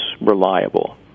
reliable